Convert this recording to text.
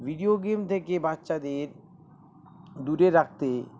video game থেকে বাচ্চাদের দূরে রাখতে